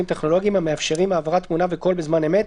טכנולוגיים המאפשרים העברת תמונה וקול בזמן אמת,